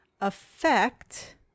affect